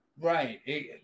Right